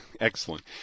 excellent